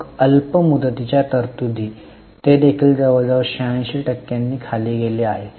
मग अल्प मुदतीच्या तरतुदी ते देखील जवळजवळ 86 टक्क्यांनी खाली गेले आहेत